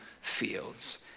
fields